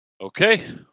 Okay